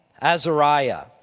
Azariah